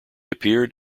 appeared